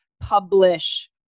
publish